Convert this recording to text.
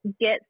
get